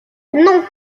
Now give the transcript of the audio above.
non